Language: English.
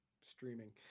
streaming